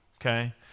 okay